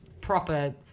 proper